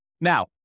Now